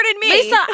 Lisa